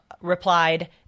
replied